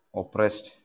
oppressed